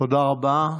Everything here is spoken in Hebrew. תודה רבה.